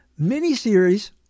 miniseries